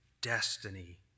destiny